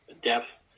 depth